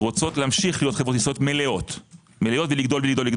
רוצות להמשיך להיות חברות ישראליות מלאות ולגדול עוד ועוד,